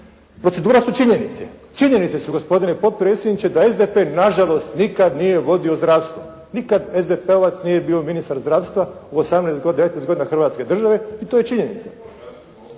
procedura su činjenice. Činjenice su, gospodine potpredsjedniče da SDP nažalost nikad nije vodio zdravstvo, nikad SDP-ovac nije bio ministar zdravstva u 19 godina Hrvatske države i to je činjenica.